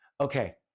okay